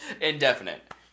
Indefinite